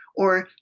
or,